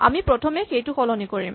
আমি প্ৰথমে সেইটো সলনি কৰিম